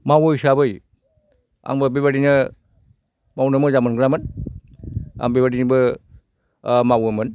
मावो हिसाबै आंबो बे बायदिनो मावनो मोजां मोनग्रामोन आं बे बायदिजोंबो मावोमोन